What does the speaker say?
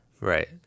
Right